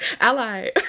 Ally